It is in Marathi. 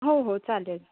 हो हो चालेल